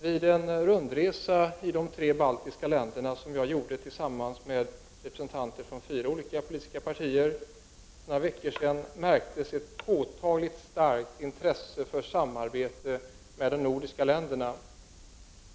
Vid en rundresa som jag gjorde i de tre baltiska länderna tillsammans med representanter från fyra olika politiska partier för några veckor sedan märktes ett påtagligt starkt intresse för samarbete med de nordiska länderna.